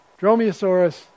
Dromaeosaurus